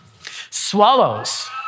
swallows